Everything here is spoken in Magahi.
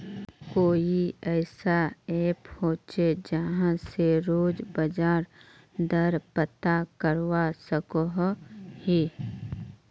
कोई ऐसा ऐप होचे जहा से रोज बाजार दर पता करवा सकोहो ही?